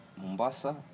Mombasa